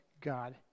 God